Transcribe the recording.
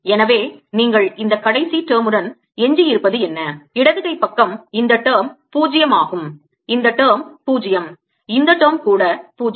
எனவே நீங்கள் இந்த கடைசி term உடன் எஞ்சியிருப்பது என்ன இடது கை பக்கம் இந்த term 0 ஆகும் இந்த term 0 இந்த term கூட 0